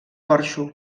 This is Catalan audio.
porxo